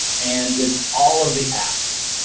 and it's all of the apps.